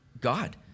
God